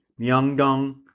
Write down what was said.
Myeongdong